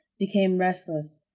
became restless,